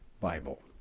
Bible